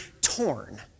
torn